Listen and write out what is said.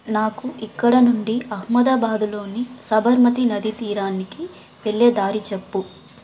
నాకు ఇక్కడ నుండి అహ్మదాబాదులోని సబర్మతి నదీ తీరానికి వెళ్ళే దారి చెప్పు